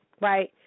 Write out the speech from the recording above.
right